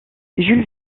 jules